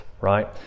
right